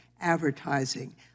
advertising